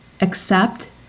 accept